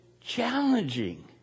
challenging